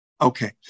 Okay